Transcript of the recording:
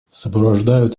сопровождают